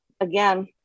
Again